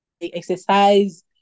exercise